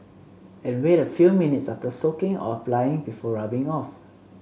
and wait a few minutes after soaking or applying before rubbing off